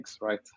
right